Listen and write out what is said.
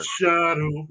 Shadow